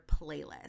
playlist